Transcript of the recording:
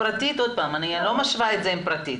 אני לא משווה את זה עם הצעת חוק פרטית.